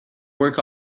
work